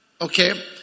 Okay